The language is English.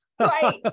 Right